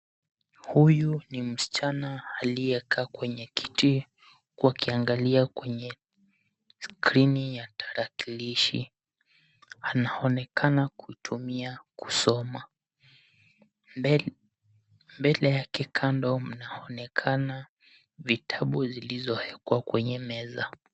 Huyu ni msichana aliyekaa kwenye kiti huku akiangalia kwenye skrini ya tarakilishi. Anaonekana kutumia kusoma. Mbele yake kando mnaonekana vitabu zilizowekwa kwenye meza.